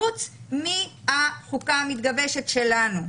חוץ מהחוקה המתגבשת שלנו.